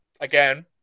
Again